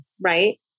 right